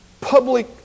public